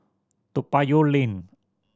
Toa Payoh Lane